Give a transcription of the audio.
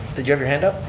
did you have your hand up?